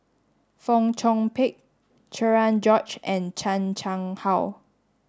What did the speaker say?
Fong Chong Pik Cherian George and Chan Chang How